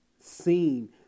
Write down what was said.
seen